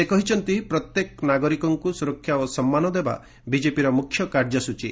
ସେ କହିଛନ୍ତି ପ୍ରତ୍ୟେକ ନାଗରିକଙ୍କୁ ସୁରକ୍ଷା ଓ ସମ୍ମାନ ଦେବା ବିଜେପିର ମୁଖ୍ୟ କାର୍ଯ୍ୟଚୀ